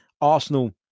Arsenal